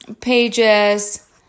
pages